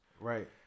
Right